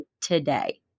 today